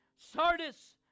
Sardis